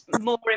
more